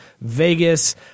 Vegas